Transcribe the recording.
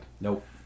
Nope